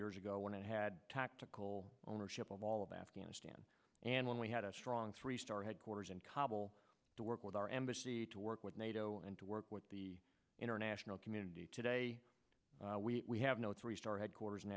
years ago when it had tactical ownership of all of afghanistan and when we had a strong three star headquarters in kabul to work with our embassy to work with nato and to work with the international community today we have no three star headquarters in